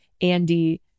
Andy